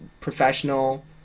professional